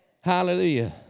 Hallelujah